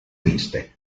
miste